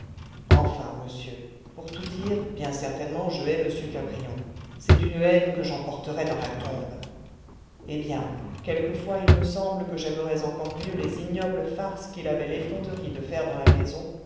enfin monsieur pour tout dire bien certainement je hais m cabrion c'est une haine que j'emporterai dans la tombe eh bien quelquefois il me semble que j'aimerais encore mieux les ignobles farces qu'il avait l'effronterie de faire dans la maison